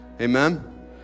Amen